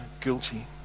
guilty